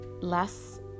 less